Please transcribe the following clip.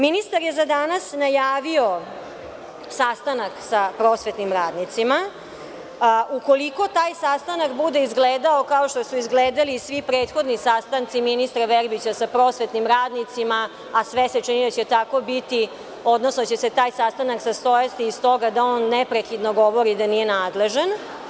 Ministar je za danas najavio sastanak sa radnicima, pa ukoliko taj sastanak bude izgledao kao što su izgledali svi prethodni sastanci ministra Verbića sa prosvetnim radnicima, a sve se čini da će tako biti, odnosno da će se taj sastanak sastojati iz toga da on neprekidno govori da nije nadležan.